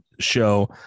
show